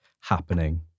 happening